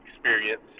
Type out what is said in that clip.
experience